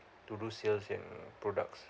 to do sales and products